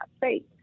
faith